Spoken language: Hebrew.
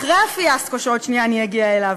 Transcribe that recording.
אחרי הפיאסקו שעוד שנייה אני אגיע אליו,